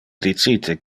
dicite